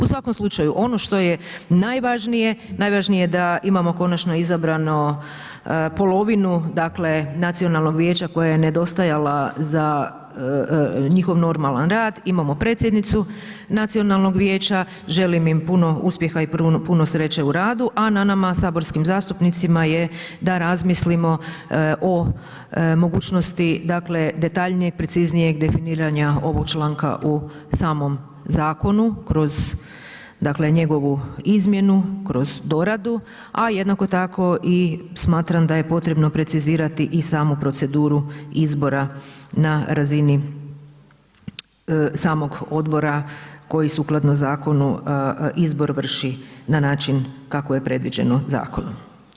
U svakom slučaju, ono što je najvažnije, najvažnije je da imamo konačno izbranu polovinu nacionalnog vijeća koja je nedostajala za njihov normalan rad, imamo predsjednicu nacionalnog vijeća, želim im puno uspjeha i puno sreće u radu a nama saborskim zastupnicima da razmislimo o mogućnosti detaljnije, preciznijeg definiranja ovog članka u samom zakonu kroz njegovu izmjenu, kroz doradu a jednako tako i smatram da je potrebno precizirati i samu proceduru izbora na razini samog odbra koji sukladno zakonu izbor vrši na način kako je predviđeno zakonom.